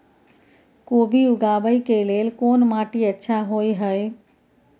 कोबी उगाबै के लेल कोन माटी अच्छा होय है?